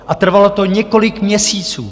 A trvalo to několik měsíců.